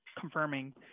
confirming